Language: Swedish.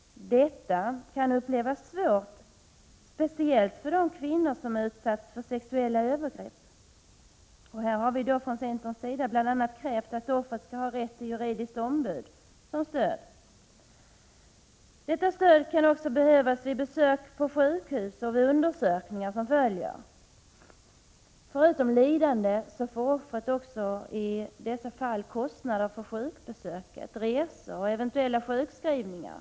Detta kan upplevas som svårt, speciellt för kvinnor som utsatts för sexuella övergrepp. Här har vi från centerns sida krävt bl.a. att offret 95 skall ha rätt till juridiskt ombud som stöd. Detta stöd kan också behövas vid besök på sjukhus och vid undersökningar som följer. Förutom lidande drabbas offret i dessa fall också av kostnader för sjukbesöket, resor och eventuella sjukskrivningar.